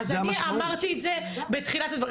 אני אמרתי את זה בתחילת הדברים.